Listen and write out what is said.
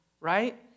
right